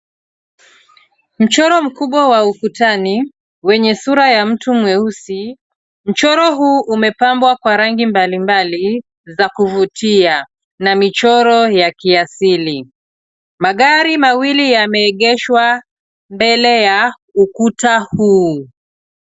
Mchoro mkubwa wa ukutani wenye sura ya mtu mweusi. Mchoro huu umepambwa kwa rangi mbalimbali za kuvutia na michoro ya kiasili. Magari mawili yameegeshwa mbele ya ukuta huu.